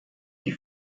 die